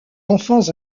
enfants